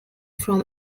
from